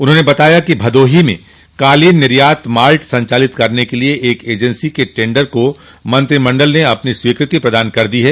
उन्होंने बताया कि भदोही में कालीन निर्यात माल्ट संचालित करने के लिए एक एजेंसी के टेंडर को मंत्रिमंडल ने अपनी स्वीकृति प्रदान कर दी है